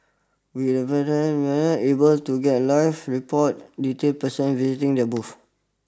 with able to get live report details percent visiting their booths